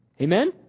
Amen